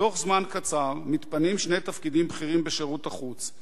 בתוך זמן קצר מתפנים שני תפקידים בכירים בשירות החוץ,